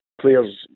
Players